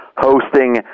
hosting